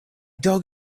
dog